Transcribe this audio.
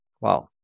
Wow